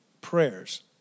prayers